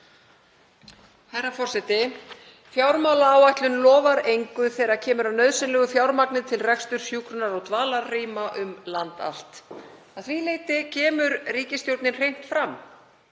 Herra forseti. Fjármálaáætlunin lofar engu þegar kemur að nauðsynlegu fjármagni til reksturs hjúkrunar- og dvalarrýma um land allt. Að því leyti kemur ríkisstjórnin hreint fram,